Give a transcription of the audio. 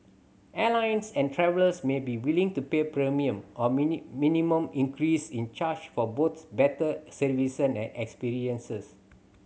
airlines and travellers may be willing to pay premium or minimum increase in charge for both better services and experiences